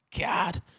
God